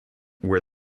where